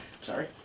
Sorry